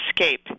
Escape